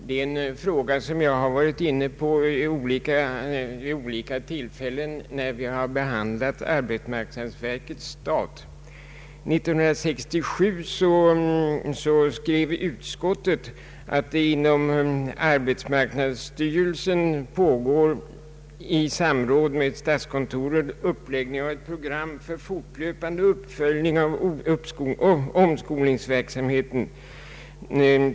Det är en fråga som jag varit inne på vid olika tillfällen, när vi behandlat arbetsmarknadsverkets stat. År 1967 skrev utskottet att det i samråd med statskontoret inom arbetsmarknadsstyrelsen pågår uppläggning av ett program för fortlöpande uppföljning av omskolningsverksamheten.